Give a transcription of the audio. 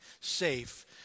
safe